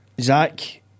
Zach